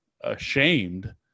ashamed